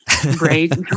Great